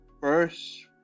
first